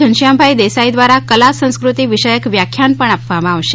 ઘનશ્યામભાઈ દેસાઈ દ્વારા કલા સંસ્કૃતિક વિષયક વ્યાખ્યાન પણ આપવામાં આવશે